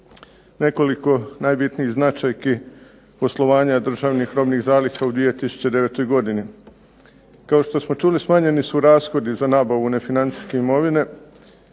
Nekoliko najbitnijih značajki poslovanja državnih robnih zaliha u 2009. godini. Kao što smo čuli smanjeni su rashodi za nabavu nefinancijske imovine,